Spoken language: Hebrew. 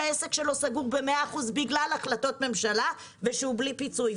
שהעסק שלו סגור ב-100% בגלל החלטות ממשלה ושהוא בלי פיצוי.